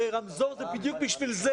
הרי רמזור זה בדיוק בשביל זה,